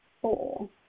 four